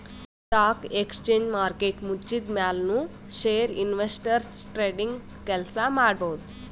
stock exchange market ಮುಚ್ಚಿದ್ಮ್ಯಾಲ್ ನು share investors trading ಕೆಲ್ಸ ಮಾಡಬಹುದ್